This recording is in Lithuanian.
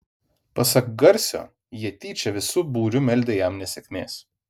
pasak garsio jie tyčia visu būriu meldę jam nesėkmės